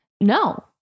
No